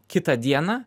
kitą dieną